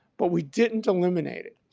but we didn't eliminate it.